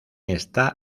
está